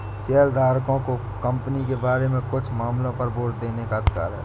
शेयरधारकों को कंपनी के बारे में कुछ मामलों पर वोट देने का अधिकार है